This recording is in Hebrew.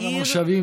גם המושבים,